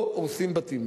לא הורסים בתים.